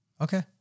Okay